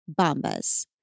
Bombas